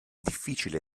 difficile